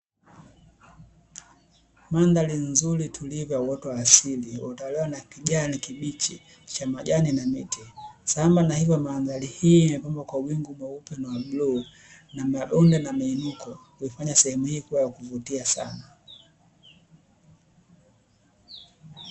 Mandhari nzuri tulivu ya mazingira ya asili yaliyotawaliwa na kijani kibichi cha majani na miti, sambamba na hiyo mandhari hii imepambwa kwa mawingu meupe na ya bluu na mabonde na muinuko umefanya sehemu hii kuwa ya kuvutia sana.